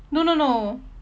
no no no